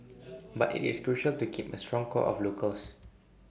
but IT is crucial to keep A strong core of locals